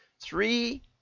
three